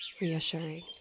reassuring